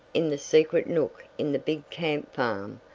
in the secret nook in the big camp farm,